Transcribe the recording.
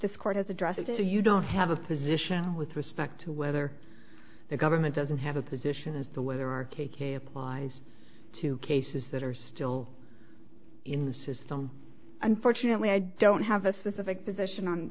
this court is addressed to you don't have a position with respect to whether the government doesn't have a position as to whether our k k applies to cases that are still in the system unfortunately i don't have a specific position on